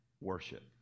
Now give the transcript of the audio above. Worship